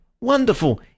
Wonderful